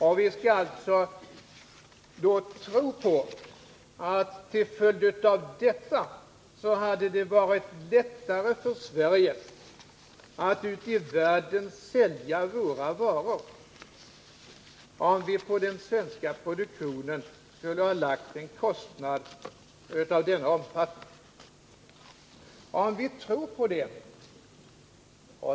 Och vi skall alltså då tro att det hade varit lättare för oss svenskar att ute i världen sälja våra varor, om vi på den svenska produktionen skulle ha lagt en kostnad av denna omfattning!